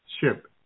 ship